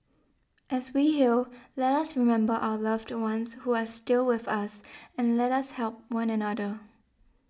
as we heal let us remember our loved ones who are still with us and let us help one another